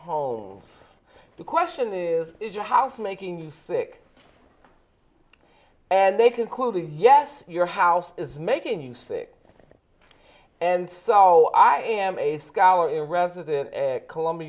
homes the question is is your house making you sick and they concluded yes your house is making you sick and so i am a scholar in residence at columbia